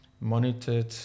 monitored